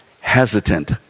hesitant